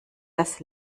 das